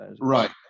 Right